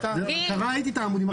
קראתי את העמודים הראשונים,